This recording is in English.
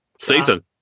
season